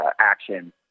action